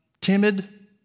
timid